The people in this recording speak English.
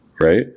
right